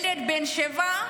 ילד בן 7,